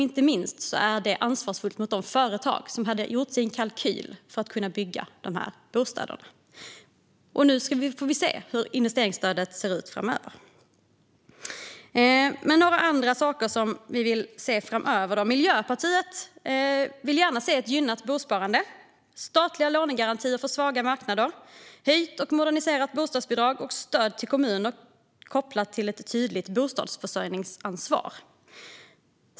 Inte minst är det ansvarsfullt gentemot de företag som hade gjort en kalkyl för att kunna bygga dessa bostäder. Nu får vi se hur investeringsstödet ser ut framöver. När det gäller andra saker vi vill se framöver vill Miljöpartiet gärna se ett gynnat bosparande, statliga lånegarantier för svaga marknader, ett höjt och moderniserat bostadsbidrag samt stöd till kommuner kopplat till ett tydligt bostadsförsörjningsansvar.